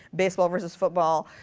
baseball versus football,